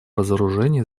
разоружения